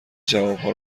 جوابها